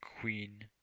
Queen